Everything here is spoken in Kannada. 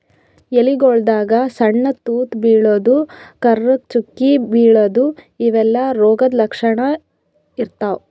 ಎಲಿಗೊಳ್ದಾಗ್ ಸಣ್ಣ್ ತೂತಾ ಬೀಳದು, ಕರ್ರಗ್ ಚುಕ್ಕಿ ಬೀಳದು ಇವೆಲ್ಲಾ ರೋಗದ್ ಲಕ್ಷಣ್ ಇರ್ತವ್